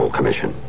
Commission